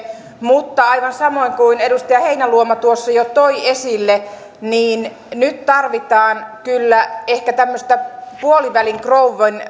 mutta aivan samoin kuin edustaja heinäluoma tuossa jo toi esille nyt tarvitaan ehkä tämmöistä puolivälin krouvin